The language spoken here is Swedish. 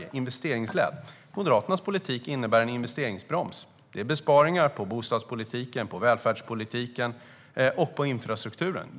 Den är investeringsledd. Moderaternas politik innebär en investeringsbroms. De har besparingar på bostadspolitiken, välfärdspolitiken och infrastrukturen.